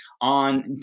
on